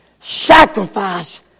sacrifice